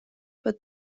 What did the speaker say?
but